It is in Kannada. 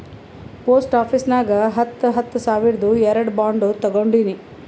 ಪೋಸ್ಟ್ ಆಫೀಸ್ ನಾಗ್ ಹತ್ತ ಹತ್ತ ಸಾವಿರ್ದು ಎರಡು ಬಾಂಡ್ ತೊಗೊಂಡೀನಿ